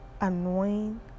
annoying